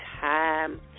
time